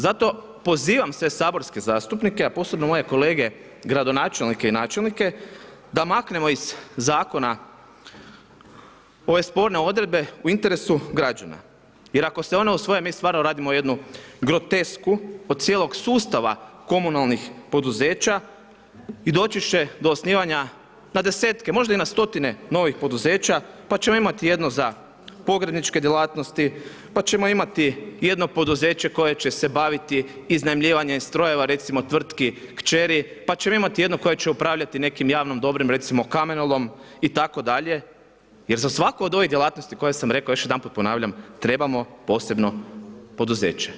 Zato pozivam sve saborske zastupnike, a posebno moje kolege gradonačelnike i načelnike da maknemo iz zakona ove sporne odredbe u interesu građana jer ako se one usvoje mi stvarno radimo jednu grotesku od cijelog sustava komunalnih poduzeća i doći će do osnivanja na desetke, možda i na stotine novih poduzeća pa ćemo imati jedno za pogrebničke djelatnosti, pa ćemo imati jedno poduzeće koje se će se baviti iznajmljivanjem strojeva recimo tvrtki kćeri, pa ćemo imati jednu koja će upravljati nekim javnim dobrom recimo kamenolom itd. jer za svaku od ove djelatnosti koje sam rekao, još jednom ponavljam, trebamo posebno poduzeće.